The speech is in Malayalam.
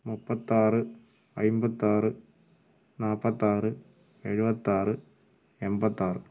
മുപ്പത്താറ് അയിമ്പത്താറ് നാല്പത്താറ് ഏഴുപത്താറ് എമ്പത്താറ്